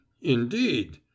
Indeed